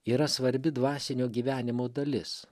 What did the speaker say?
yra svarbi dvasinio gyvenimo dalis